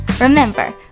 Remember